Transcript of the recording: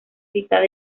citada